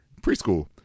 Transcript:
preschool